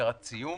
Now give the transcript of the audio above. לקראת סיום.